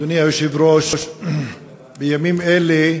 אדוני היושב-ראש, בימים אלה,